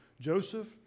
Joseph